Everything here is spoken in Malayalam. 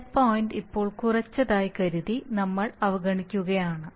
സെറ്റ് പോയിന്റ് ഇപ്പോൾ കുറച്ചതായി കരുതി നമ്മൾ അവഗണിക്കുകയാണ്